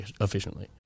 efficiently